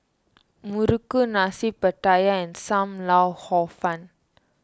Muruku Nasi Pattaya and Sam Lau Hor Fun